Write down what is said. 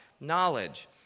knowledge